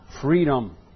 freedom